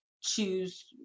choose